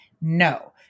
No